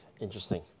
Interesting